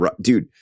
dude